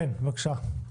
בבקשה.